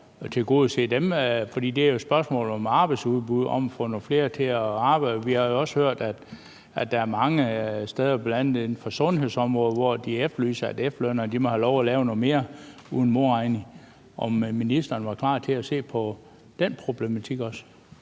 tilgodese dem. For det er jo et spørgsmål om arbejdsudbud, om at få nogle flere til at arbejde. Vi har også hørt, at der er mange steder, bl.a. inden for sundhedsområdet, hvor de efterlyser, at efterlønnere må have lov at lave noget mere uden modregning. Var ministeren også klar til at se på den problematik? Kl.